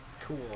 Cool